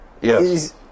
Yes